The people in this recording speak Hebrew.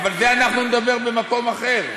אבל על זה אנחנו נדבר במקום אחר.